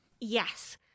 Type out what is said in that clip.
Yes